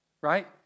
right